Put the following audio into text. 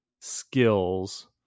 skills